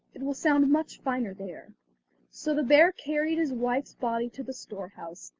it will sound much finer there so the bear carried his wife's body to the storehouse,